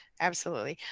absolutely.